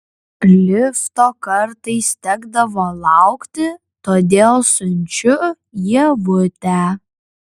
lifto kartais tekdavo laukti todėl siunčiu ievutę